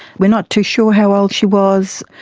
we're not too sure how old she was.